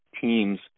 teams